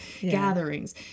gatherings